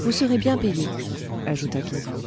vous serez bien payé ajouta kin fo